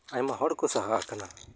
ᱟᱭᱢᱟ ᱦᱚᱲ ᱠᱚ ᱥᱟᱦᱟ ᱟᱠᱟᱱᱟ